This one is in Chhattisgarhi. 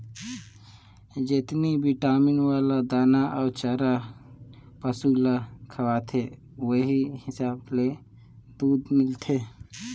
जेतनी बिटामिन वाला दाना अउ चारा पसु ल खवाथे ओहि हिसाब ले दूद मिलथे